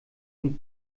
und